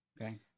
Okay